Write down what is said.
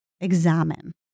examine